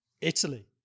Italy